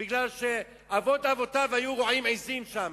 כי אבות אבותיו היו רועים עזים שם.